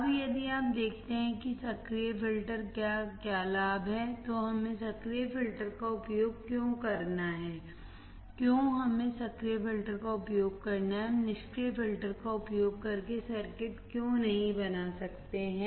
अब यदि आप देखते हैं कि सक्रिय फिल्टर का क्या लाभ है तो हमें सक्रिय फिल्टर का उपयोग क्यों करना है क्यों हमें सक्रिय फिल्टर का उपयोग करना है हम निष्क्रिय फिल्टर का उपयोग करके सर्किट क्यों नहीं बना सकते हैं